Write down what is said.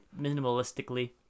minimalistically